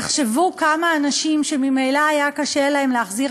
תחשבו כמה אנשים שממילא היה קשה להם להחזיר